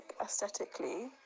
aesthetically